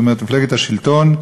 זאת אומרת מפלגת השלטון,